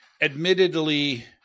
admittedly